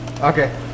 Okay